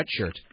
sweatshirt